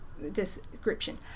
description